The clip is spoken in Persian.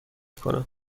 کنم